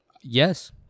Yes